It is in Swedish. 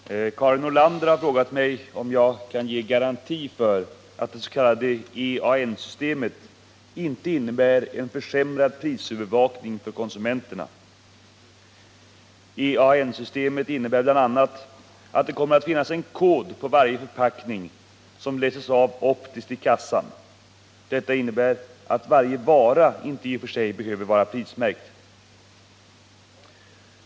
Herr talman! Karin Nordlander har frågat mig om jag kan ge garanti för att det s.k. EAN-systemet inte innebär en försämrad prisövervakning för konsumenterna. EAN-systemet innebär bl.a. att det kommer att finnas en kod på varje förpackning, som läses av optiskt i kassan. Detta innebär att varje vara inte i och för sig behöver vara prismärkt.